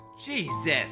Jesus